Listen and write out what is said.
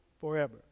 forever